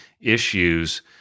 issues